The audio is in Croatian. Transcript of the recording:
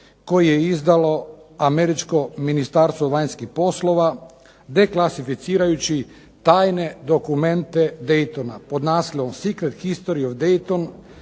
koji je izdalo američko Ministarstvo vanjskih poslova, deklasificirajući tajne dokumente Daytona pod naslovom "Secret history of Dayton